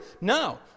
No